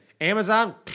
Amazon